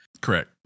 Correct